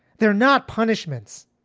they're not punishments.